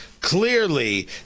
clearly